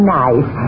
nice